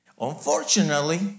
Unfortunately